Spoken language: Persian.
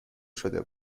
شده